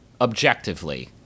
objectively